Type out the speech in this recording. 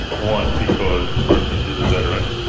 one, because the person is a veteran,